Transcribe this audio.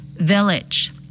Village